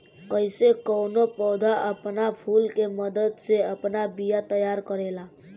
कइसे कौनो पौधा आपन फूल के मदद से आपन बिया तैयार करेला